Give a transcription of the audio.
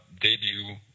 debut